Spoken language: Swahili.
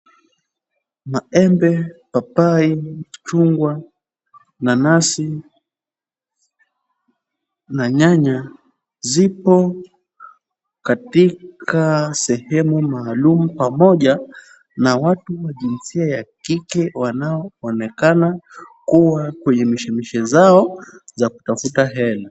Maembe, papai, chungwa, nanasi na nyanya zipo katika sehemu maalum pamoja na watu wa jinsia ya kike wanao onekana kuwa kwenye mishemishe zao za kutafuta hela.